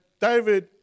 David